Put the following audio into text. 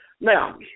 Now